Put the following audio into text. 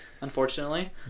Unfortunately